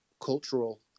cultural